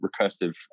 recursive